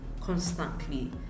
constantly